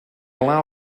allow